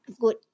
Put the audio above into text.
good